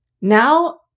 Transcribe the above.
Now